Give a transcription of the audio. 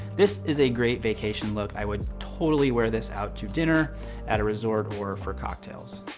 this is a great vacation look. i would totally wear this out to dinner at a resort or for cocktails.